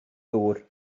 ddŵr